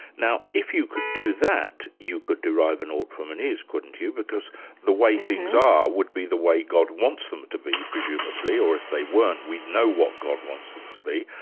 now if you could do that, you could derive an ought from an is, couldn't you? because the way things are would be the way god wants them to be, presumably, or if they weren't we'd know what god wants them to be.